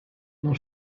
non